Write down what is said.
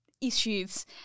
issues